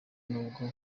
n’ubwo